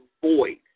void